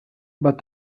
but